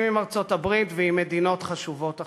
עם ארצות-הברית ועם מדינות חשובות אחרות.